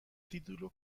título